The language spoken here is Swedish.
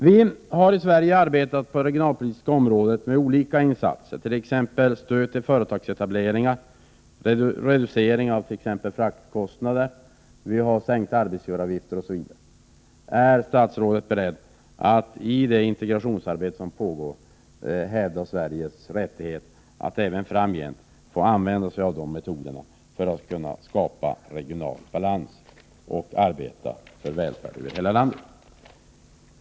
Vi har i Sverige arbetat på det regionalpolitiska området med olika insatser, t.ex. stöd till företagsetableringar, reducering av fraktkostnaderna, sänkning av arbetsgivaravgifterna osv. Är statsrådet beredd att i det integrationsarbete som pågår hävda Sveriges rätt att även framgent få använda sig av de metoderna för att kunna skapa regional balans och arbeta för välförd över hela landet?